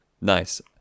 nice